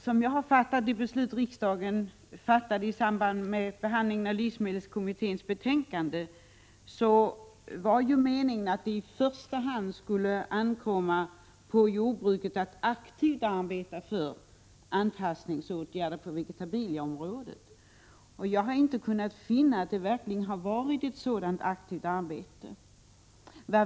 Som jag har uppfattat det beslut riksdagen fattade i samband med behandlingen av livsmedelskommitténs betänkande, var meningen att det i första hand skulle ankomma på jordbruket att aktivt arbeta för anpassningsåtgärder på vegetabilieområdet. Jag har inte kunnat finna att det verkligen har utförts ett sådant aktivt arbete.